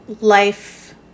life